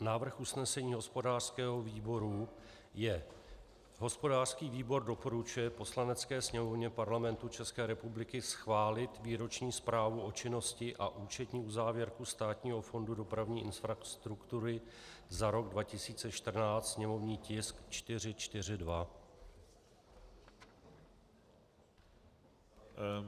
Návrh usnesení hospodářského výboru je: Hospodářský výbor doporučuje Poslanecké sněmovně Parlamentu České republiky schválit Výroční zprávu o činnosti a účetní uzávěrku Státního fondu dopravní infrastruktury za rok 2014, sněmovní tisk 442.